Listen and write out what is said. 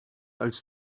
als